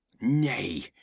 Nay